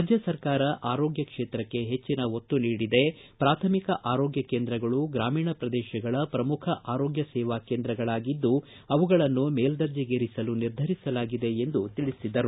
ರಾಜ್ಯ ಸರ್ಕಾರ ಆರೋಗ್ಯ ಕ್ಷೇತ್ರಕ್ಕೆ ಹೆಚ್ಚಿನ ಒತ್ತು ನೀಡಿದೆ ಪ್ರಾಥಮಿಕ ಆರೋಗ್ಯ ಕೇಂದ್ರಗಳು ಗ್ರಾಮೀಣ ಪ್ರದೇಶಗಳ ಪ್ರಮುಖ ಆರೋಗ್ಯ ಸೇವಾ ಕೇಂದ್ರಗಳಾಗಿದ್ದು ಅವುಗಳನ್ನು ಮೇಲ್ದರ್ಜೆಗೇರಿಸಲು ನಿರ್ಧರಿಸಲಾಗಿದೆ ಎಂದು ತಿಳಿಸಿದರು